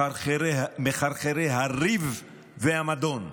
מחרחרי הריב והמדון.